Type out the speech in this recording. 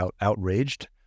outraged